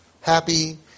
happy